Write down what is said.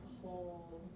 whole